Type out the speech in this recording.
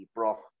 Prof